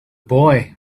boy